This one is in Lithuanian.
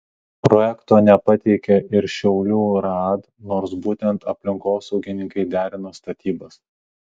projekto nepateikė ir šiaulių raad nors būtent aplinkosaugininkai derino statybas